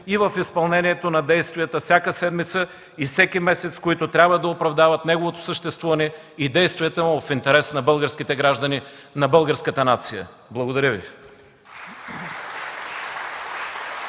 и в изпълнението на действията всяка седмица и всеки месец, които трябва да оправдават неговото съществуване и действията му в интерес на българските граждани, на българската нация. Благодаря.